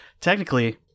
Technically